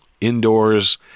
indoors